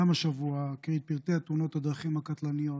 גם השבוע אקריא את פרטי תאונות הדרכים הקטלניות